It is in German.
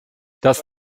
das